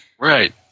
Right